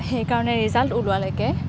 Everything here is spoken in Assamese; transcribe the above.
সেইকাৰণে ৰিজাল্ট ওলোৱা লৈকে